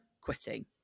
quitting